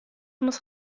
muss